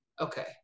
okay